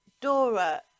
Dora